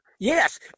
Yes